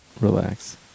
Relax